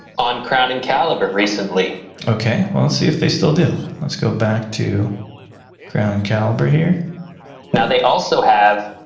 on crowning caliber recently okay well let's see if they still do let's go back to crowning caliber here now they also have